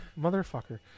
motherfucker